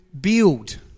build